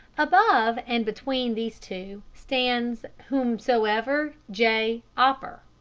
above and between these two stands whomsoever j. opper,